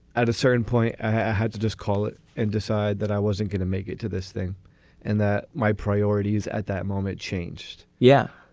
at a certain point i had to just call it and decide that i wasn't going to make it to this thing and that my priorities at that moment changed. yeah.